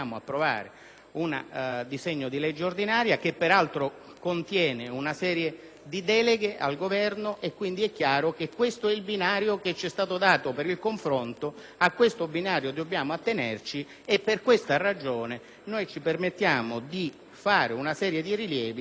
un disegno di legge ordinario che, peraltro, contiene una serie di deleghe al Governo; quindi è chiaro che questo è il binario che ci è stato dato per il confronto e a questo dobbiamo attenerci. Per tale ragione ci permettiamo di fare una serie di rilievi che